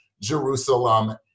Jerusalem